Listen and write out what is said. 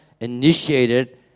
initiated